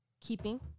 keeping